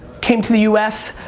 came to the u s.